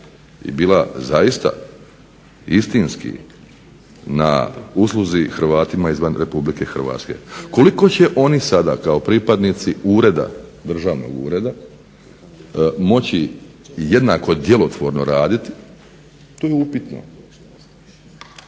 i bila zaista istinski na usluzi Hrvatima izvan RH. Koliko će oni sada kao pripadnici ureda, državnog ureda, moći jednako djelotvorno raditi? To je upitno